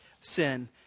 sin